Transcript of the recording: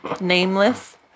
nameless